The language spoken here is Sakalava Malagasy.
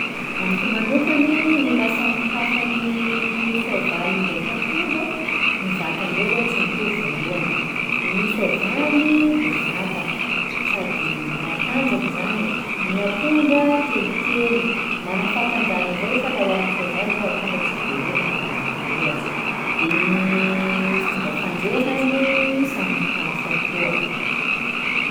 Amiko manokany gny mahasamy hafa ny soavaly ndraiky ampondra: ny vatandreo aloha tsy mitovy voalohany, gny soavaly bevata sady matanjaky zany e, gny ampondra kelikely, mana fahatanjahany avao i fa laha ohary amy soavaly zao ampondra tsy de hoe matanjaky loatsy, de gny fomba fandehany samy hafa koa.